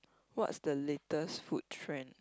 what's the latest food trend